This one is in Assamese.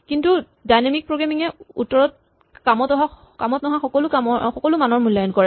কিন্তু ডাইনেমিক প্ৰগ্ৰেমিং এ উত্তৰত কামত অহা নহা সকলো মানৰ মূল্যায়ন কৰে